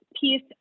piece